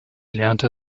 lernte